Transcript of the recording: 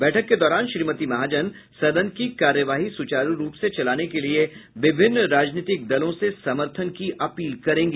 बैठक के दौरान श्रीमती महाजन सदन की कार्यवाही सुचारू रूप से चलाने के लिए विभिन्न राजनीतिक दलों से समर्थन की अपील करेंगी